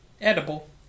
Edible